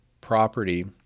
property